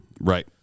Right